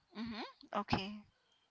mmhmm okay